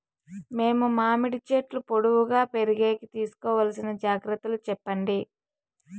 మేము మామిడి చెట్లు పొడువుగా పెరిగేకి తీసుకోవాల్సిన జాగ్రత్త లు చెప్పండి?